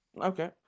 okay